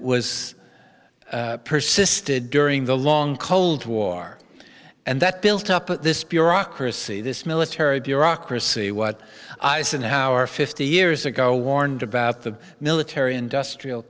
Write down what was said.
was persisted during the long cold war and that built up at this bureaucracy this military bureaucracy what eisenhower fifty years ago warned about the military industrial